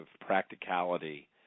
practicality